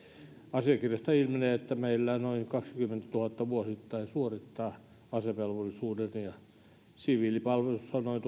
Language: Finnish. asiakirjoista ilmenee että meillä noin kahdenkymmenentuhannen vuosittain suorittaa asevelvollisuuden ja siviilipalveluksessa on noin